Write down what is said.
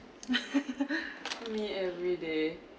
me everyday